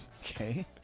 Okay